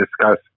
discuss